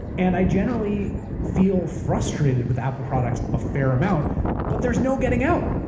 and i generally feel frustrated with apple products a fair amount but there's no getting out.